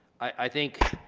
i think